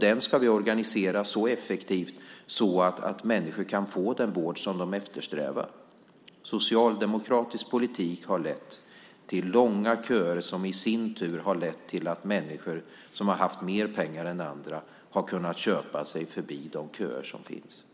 Den ska vi organisera så effektivt att människor kan få den vård som de eftersträvar. Socialdemokratisk politik har lett till långa köer som i sin tur har lett till att människor som har haft mer pengar än andra har kunnat köpa sig förbi de köer som finns.